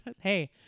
Hey